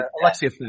Alexia